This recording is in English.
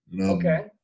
Okay